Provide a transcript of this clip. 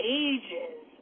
ages